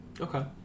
Okay